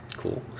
Cool